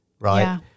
right